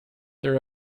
there